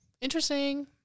Interesting